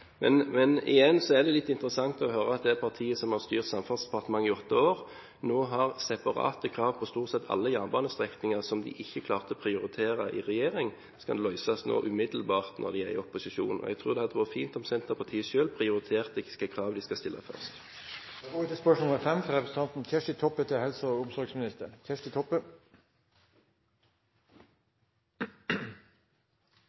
Igjen: Det er litt interessant å høre at det partiet som styrte Samferdselsdepartementet i åtte år, nå har separate krav til stort sett alle jernbanestrekninger. Krav som de ikke klarte å prioritere i regjering, skal løses umiddelbart når de er i opposisjon. Jeg tror det hadde vært fint om Senterpartiet selv prioriterte hvilke krav de skal stille